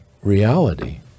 reality